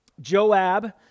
Joab